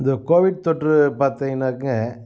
இந்த கோவைட் தொற்று பார்த்திங்கன்னாக்க